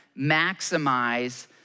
maximize